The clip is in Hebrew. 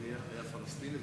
כשהמפגע היה פלסטיני ונהרג,